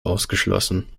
ausgeschlossen